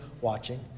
watching